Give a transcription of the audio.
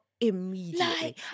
immediately